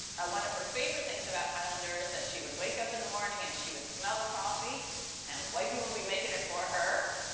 one of her favorite things about highlander is that she would wake up in the morning and she would smell the coffee and white people would be making it for her.